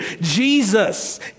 Jesus